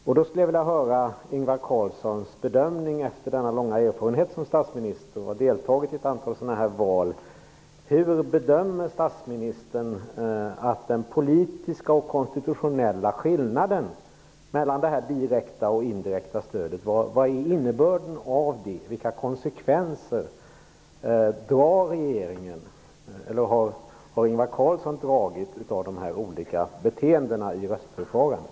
Jag skulle vilja höra Ingvar Carlssons bedömning, efter lång erfarenhet som statsminister och efter att ha deltagit i ett antal sådana val: Hur bedömer statsministern den politiska och konstitutionella skillnaden mellan det direkta och indirekta stödet? Vad är innebörden av det? Vilka konsekvenser drar regeringen, eller har Ingvar Carlsson dragit, av dessa olika beteenden i röstförfarandet?